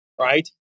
right